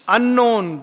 Unknown